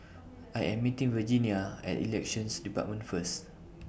I Am meeting Virginia At Elections department First